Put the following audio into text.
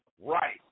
right